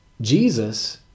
Jesus